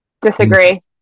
Disagree